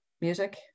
music